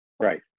Right